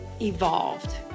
evolved